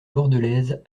bordelaise